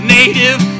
native